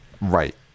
Right